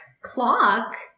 Clock